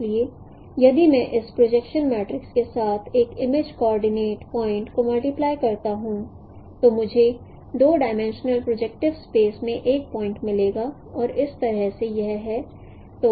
इसलिए यदि मैं इस प्रोजेक्शन मैट्रिक्स के साथ एक इमेज कोऑर्डिनेट पॉइंट को मल्टीप्लाई करता हूं तो मुझे 2 डाईमेंशनल प्रोजेक्टिव स्पेस में एक पॉइंट मिलेगा और इस तरह से यह है